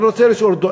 אני רוצה לשאול אותו,